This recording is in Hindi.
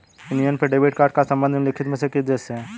यूनियन पे डेबिट कार्ड का संबंध निम्नलिखित में से किस देश से है?